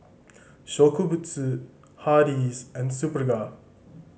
Shokubutsu Hardy's and Superga